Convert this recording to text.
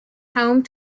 home